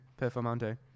Performante